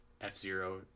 F-Zero